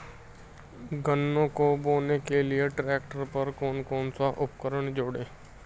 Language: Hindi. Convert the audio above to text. गन्ने को बोने के लिये ट्रैक्टर पर कौन सा उपकरण जोड़ें?